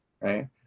right